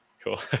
Cool